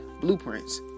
blueprints